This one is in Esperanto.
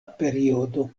periodo